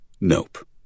Nope